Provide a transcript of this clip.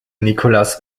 nicolas